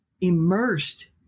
immersed